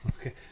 Okay